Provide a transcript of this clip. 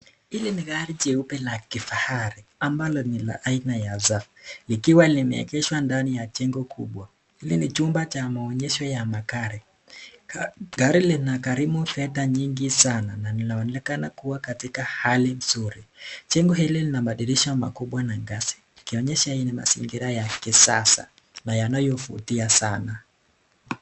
Hili ni gari jeupe la kifahari ambalo ni la aina ya saf likiwa limeegeshwa ndani ya chengo kubwa, hili ni chumba cha maonyesho la magari, gari Lina gharimu fedha nyingi sanaa na linaonekana kuwa katika hali mzuri, Chengo hili Lina madirisha kubwa na gasi, likionyesha ni mazingira ya kisasa na yanayofutia sana